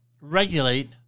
regulate